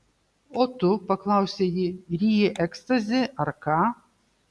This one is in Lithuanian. o tu paklausė ji ryji ekstazį ar ką